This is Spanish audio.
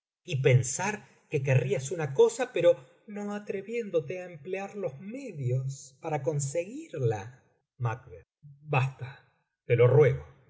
y pensar que querrías una cosa pero no atreviéndote á emplear los medios para conseguirla basta te lo ruego